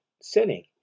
sinning